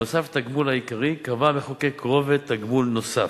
נוסף על התגמול העיקרי קבע המחוקק רובד תגמול נוסף,